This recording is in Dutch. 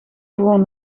gewoon